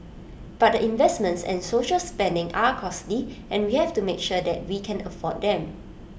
but the investments and social spending are costly and we have to make sure that we can afford them